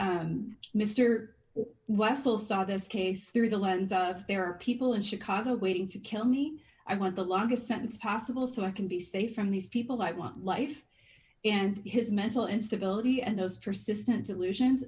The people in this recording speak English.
wessel saw this case through the lens of there are people in chicago waiting to kill me i want the longest sentence possible so i can be safe from these people i want life and his mental instability and those persistent delusions